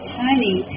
turning